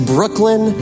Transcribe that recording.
Brooklyn